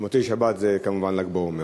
ובמוצאי שבת כמובן יהיה ל"ג בעומר.